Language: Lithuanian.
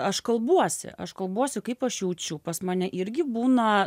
aš kalbuosi aš kalbuosi kaip aš jaučiu pas mane irgi būna